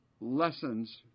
Lessons